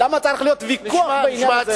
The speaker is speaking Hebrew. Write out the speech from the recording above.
למה צריך להיות ויכוח בעניין זה.